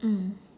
mm